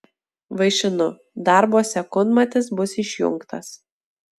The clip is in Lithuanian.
vaišinu darbo sekundmatis bus išjungtas